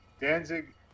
Danzig